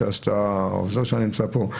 העוזר שלה נמצא פה,